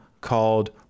called